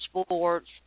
sports